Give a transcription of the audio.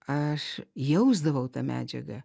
aš jausdavau tą medžiagą